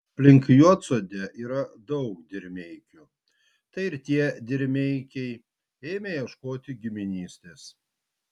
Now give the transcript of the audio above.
aplink juodsodę yra daug dirmeikių tai ir tie dirmeikiai ėmė ieškoti giminystės